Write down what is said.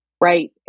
right